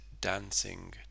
dancing